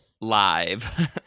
Live